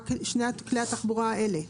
רק על שני כלי התחבורה האלה.